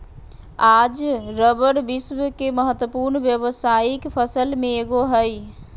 आज रबर विश्व के महत्वपूर्ण व्यावसायिक फसल में एगो हइ